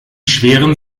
schweren